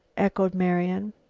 echoed marian.